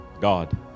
God